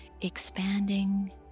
expanding